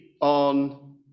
on